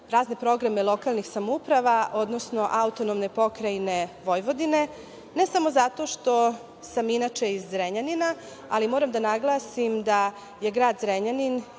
razne programe lokalnih samouprava, odnosno AP Vojvodine, ne samo zato što sam inače iz Zrenjanina, ali moram da naglasim da je grad Zrenjanin